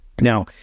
Now